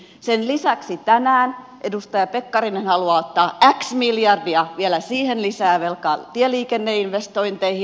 sen lisäksi tänään edustaja pekkarinen haluaa ottaa x miljardia vielä siihen lisää velkaa tieliikenneinvestointeihin